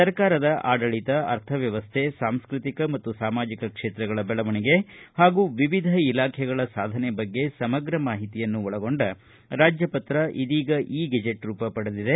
ಸರ್ಕಾರದ ಆಡಳಿತ ಅರ್ಥಮ್ವವಸ್ಟೆ ಸಾಂಸ್ಕತಿಕ ಮತ್ತು ಸಾಮಾಜಿಕ ಕ್ಷೇತ್ರಗಳ ಬೆಳವಣಿಗೆ ಹಾಗು ವಿವಿಧ ಇಲಾಖೆಗಳ ಸಾಧನೆ ಬಗ್ಗೆ ಸಮಗ್ರ ಮಾಹಿತಿಯನ್ನು ಒಳಗೊಂಡ ರಾಜ್ಞಪತ್ರ ಇದೀಗ ಇ ಗೆಜೆಟ್ ರೂಪ ಪಡೆದಿದೆ